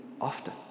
often